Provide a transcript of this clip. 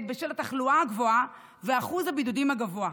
בשל התחלואה הגבוהה ואחוז הבידודים הגבוה.